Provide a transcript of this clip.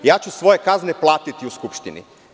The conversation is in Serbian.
Ja ću svoje kazne platiti u Skupštini.